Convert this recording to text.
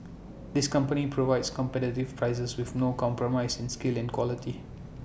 this company provides competitive prices with no compromise in skill and quality